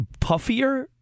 puffier